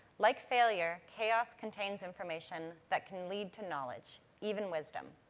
like failure, chaos contains information that can lead to knowledge, even wisdom.